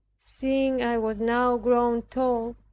seeing i was now grown tall,